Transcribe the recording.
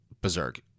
Berserk